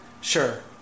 Sure